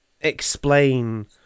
explain